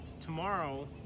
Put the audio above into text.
Tomorrow